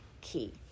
key